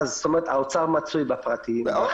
האוצר מצוי בפרטים.